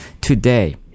today